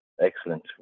excellent